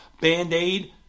band-aid